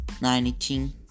nineteen